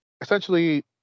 Essentially